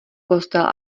kostela